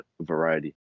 variety